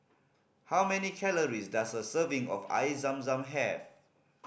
how many calories does a serving of Air Zam Zam have